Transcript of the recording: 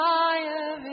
fire